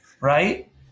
right